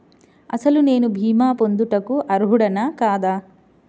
అసలు నేను భీమా పొందుటకు అర్హుడన కాదా?